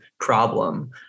problem